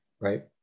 right